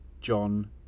John